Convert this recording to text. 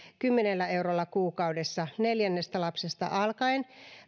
kymmenellä eurolla kuukaudessa neljännestä lapsesta alkaen